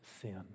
sin